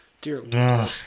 Dear